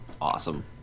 awesome